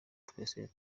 twese